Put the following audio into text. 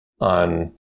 on